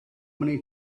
many